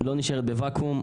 לא נשארת בוואקום,